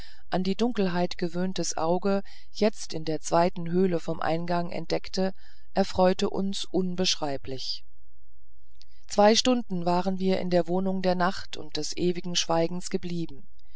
an die dunkelheit gewöhntes auge jetzt in der zweiten höhle vom eingang entdeckte erfreute uns unbeschreiblich zwei stunden waren wir in der wohnung der nacht und des ewigen schweigens geblieben